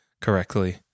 correctly